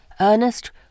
Ernest